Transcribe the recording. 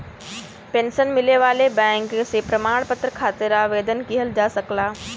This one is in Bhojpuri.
पेंशन मिले वाले बैंक से प्रमाण पत्र खातिर आवेदन किहल जा सकला